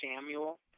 Samuel